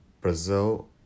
Brazil